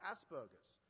Asperger's